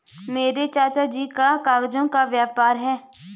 मेरे चाचा जी का कागजों का व्यापार है